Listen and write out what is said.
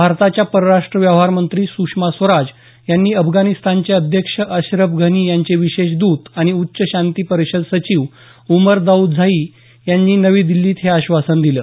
भारताच्या परराष्ट व्यवहार मंत्री सुषमा स्वराज यांनी अफगाणिस्तानचे अध्यक्ष अश्रफ घनी यांचे विशेष दत आणि उच्च शांती परिषद सचिव उमर दाऊदझाई यांनी नवी दिल्लीत हे आश्वासन दिलं